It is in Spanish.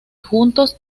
juntos